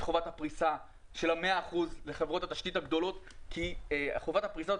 חובת הפריסה של ה-100 אחוזים מחברות התשתית הגדולות כי חובת הפריסה היא